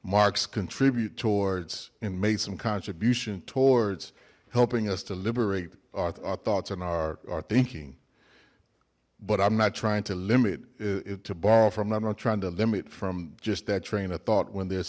marx contribute towards and made some contribution towards helping us to liberate our thoughts and our thinking but i'm not trying to limit it to borrow from i'm not trying to limit from just that train of thought when there's